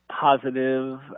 positive